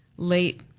late